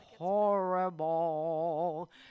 horrible